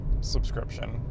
subscription